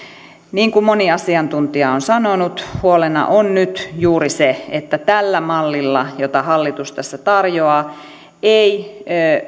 niin kuin moni asiantuntija on sanonut huolena on nyt juuri se että tällä mallilla jota hallitus tässä tarjoaa ei